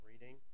reading